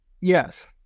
Yes